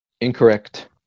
Incorrect